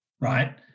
right